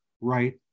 right